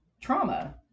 trauma